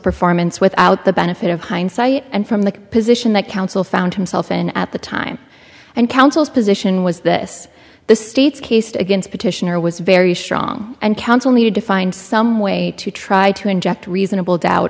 performance without the benefit of hindsight and from the position that counsel found himself in at the time and counsel's position was this the state's case against petitioner was very strong and counsel needed to find some way to try to inject reasonable doubt